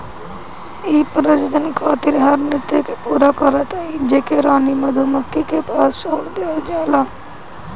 इ प्रजनन खातिर हर नृत्य के पूरा करत हई जेके रानी मधुमक्खी के पास छोड़ देहल जाला